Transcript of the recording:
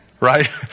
Right